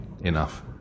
enough